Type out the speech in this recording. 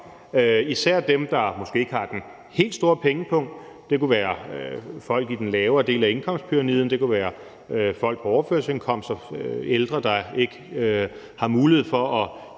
især dem, der måske ikke har den helt store pengepung – det kunne jo være folk i den lavere del af indkomstpyramiden; det kunne være folk på overførselsindkomster; ældre, der ikke har mulighed for at